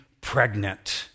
pregnant